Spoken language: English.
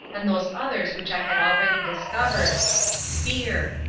and those others which i had already discovered fear.